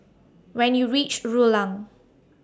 when YOU REACH Rulang